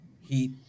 Heat